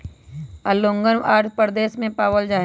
ओंगोलवन आंध्र प्रदेश में पावल जाहई